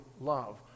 love